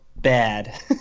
bad